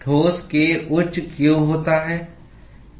ठोस k उच्च क्यों होता है